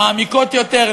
מעמיקות יותר,